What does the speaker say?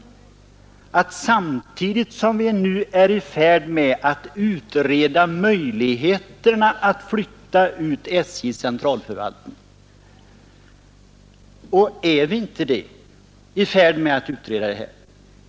Jag sade att det vi nu talar om sker samtidigt som vi är i färd med att utreda möjligheterna att flytta ut SJ:s centralförvaltning. Och är vi inte i färd med att utreda detta?